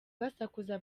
basakuza